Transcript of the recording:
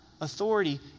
authority